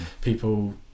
people